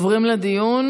עוברים לדיון.